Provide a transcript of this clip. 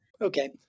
Okay